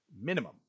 Minimum